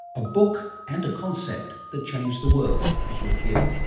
a book and a concept that changed the world, as you'll hear.